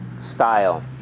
style